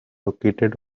located